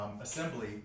assembly